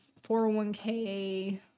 401k